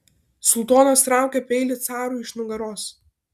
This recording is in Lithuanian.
sultonas traukia peilį carui iš nugaros